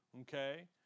Okay